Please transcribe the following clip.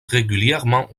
régulièrement